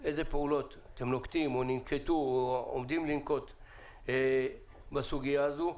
אבל איזה פעולות אתם נוקטים או ננקטו או עומדים להינקט בסוגיה הזאת.